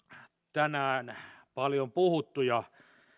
tänään paljon puhuttu ja